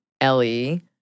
Ellie